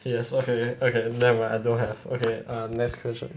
yes okay okay nevermind I don't have okay err next question